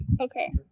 Okay